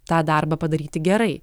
tą darbą padaryti gerai